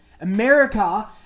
America